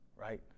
right